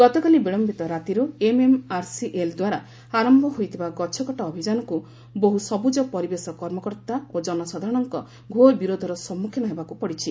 ଗତକାଲି ବିଳୟିତ ରାତିରୁ ଏମ୍ଏମ୍ଆର୍ସିଏଲ୍ଦ୍ୱାରା ଆରମ୍ଭ ହୋଇଥିବା ଗଛକଟା ଅଭିଯାନକୁ ନେଇ ବହୁ ସବୁଜ ପରିବେଶ କର୍ମକର୍ତ୍ତା ଓ ଜନସାଧାରଣଙ୍କ ଘୋର ବିରୋଧର ସମ୍ମୁଖୀନ ହେବାକୁ ପଡ଼ିଛି